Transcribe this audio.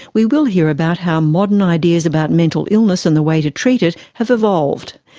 we will hear about how modern ideas about mental illness and the way to treat it have evolved.